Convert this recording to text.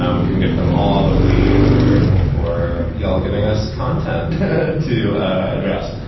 um we can get to them all, but we are very grateful for you all giving us content and to address.